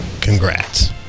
congrats